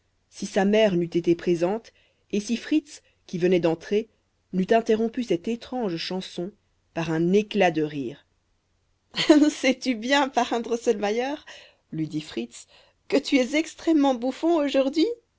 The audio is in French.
si sa mère n'eût été présente et si fritz qui venait d'entrer n'eût interrompu cette étrange chanson par un éclat de rire sais-tu bien parrain drosselmayer lui dit fritz que tu es extrêmement bouffon aujourd'hui